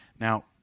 Now